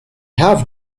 have